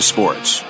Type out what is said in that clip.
Sports